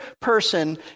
person